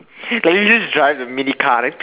can you just drive the mini car then